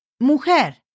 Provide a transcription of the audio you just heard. mujer